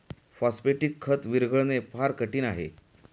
phosphatic खत विरघळणे फार कठीण आहे